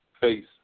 face